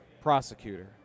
prosecutor